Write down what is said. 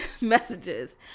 messages